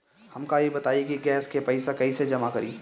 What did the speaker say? हमका ई बताई कि गैस के पइसा कईसे जमा करी?